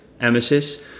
emesis